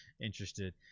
interested